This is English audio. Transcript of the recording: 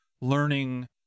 learning